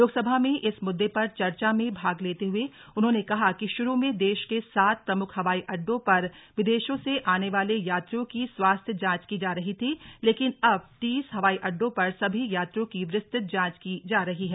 लोकसभा में इस मुद्दे पर चर्चा में भाग लेते हुए उन्होंने कहा कि शुरू में देश के सात प्रमुख हवाई अड्डों पर विदेशों से आने वाले यात्रियों की स्वास्थ्य जांच की जा रही थी लेकिन अब तीस हवाई अड्डों पर सभी यात्रियों की विस्तृत जांच की जा रही है